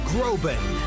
Groban